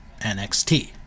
NXT